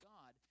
God